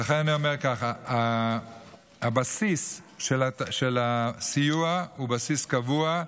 ולכן אומר כך: הבסיס של הסיוע הוא בסיס קבוע,